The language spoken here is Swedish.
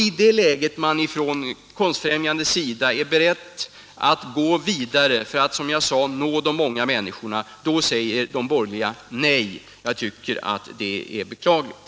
I ett läge när Konstfrämjandet är berett att, som jag sade, gå vidare för att nå de många människorna, då säger de borgerliga nej. Jag tycker att detta är beklagligt.